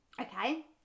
okay